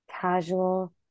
casual